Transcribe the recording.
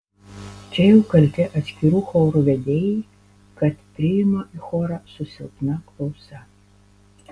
čia jau kalti atskirų chorų vedėjai kad priima į chorą su silpna klausa